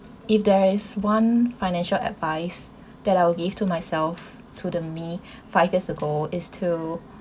if there is one financial advice that I will give to myself to the me five years ago is to